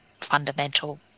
fundamental